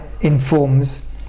informs